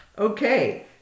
Okay